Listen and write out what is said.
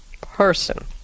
person